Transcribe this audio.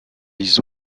les